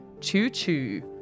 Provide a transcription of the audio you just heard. Choo-choo